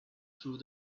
through